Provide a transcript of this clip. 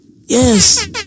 Yes